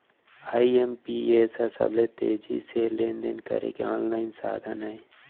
IMPS ह सबले तेजी से लेन देन करे के आनलाइन साधन अय